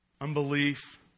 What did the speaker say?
unbelief